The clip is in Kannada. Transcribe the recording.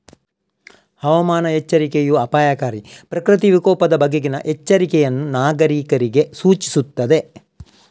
ಹವಾಮಾನ ಎಚ್ಚರಿಕೆಯೂ ಅಪಾಯಕಾರಿ ಪ್ರಕೃತಿ ವಿಕೋಪದ ಬಗೆಗಿನ ಎಚ್ಚರಿಕೆಯನ್ನು ನಾಗರೀಕರಿಗೆ ಸೂಚಿಸುತ್ತದೆ